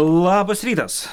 labas rytas